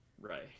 Right